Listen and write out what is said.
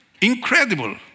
incredible